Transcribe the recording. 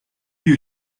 you